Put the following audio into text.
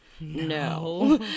No